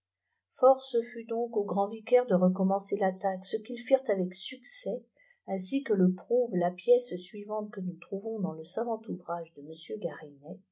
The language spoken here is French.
force lut donc aux grands vicaires de recommencer l'attaque pe qu'ils firèpt avec succès ainsi que le prouve la pièce suivante que nous trouvons dans le savant ouvrage de